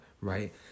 right